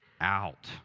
out